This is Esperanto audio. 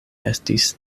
estis